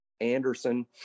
Anderson